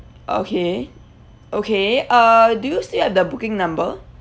okay okay uh do you still have the booking number